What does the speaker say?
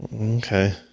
Okay